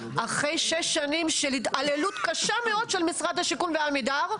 אחרי שש שנים של התעללות קשה מאוד של משרד השיכון ועמידר,